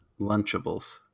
Lunchables